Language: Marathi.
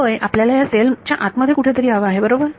होय आपल्याला ह्या सेल च्या आत मध्ये कुठेतरी हवे आहे बरोबर